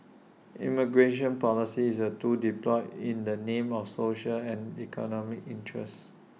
immigration policy is A tool deployed in the name of social and economic interest